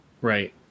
Right